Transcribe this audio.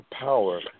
power